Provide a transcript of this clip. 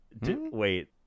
Wait